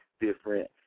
different